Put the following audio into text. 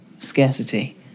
Scarcity